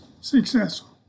successful